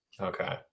Okay